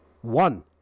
One